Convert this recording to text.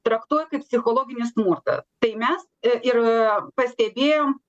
traktuoja kaip psichologinį smurtą tai mes i ir pastebėjom